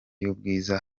y’ubwiza